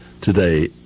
today